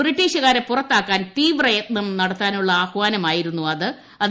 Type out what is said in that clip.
ബ്രിട്ടീഷ്കാരെ പുറത്താക്കാൻ തീവ്രയത്നം നടത്താനുള്ള ആഹ്വാനമായിരുന്നു അത്